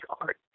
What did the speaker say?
art